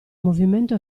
movimento